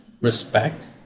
respect